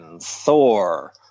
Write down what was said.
Thor